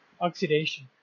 oxidation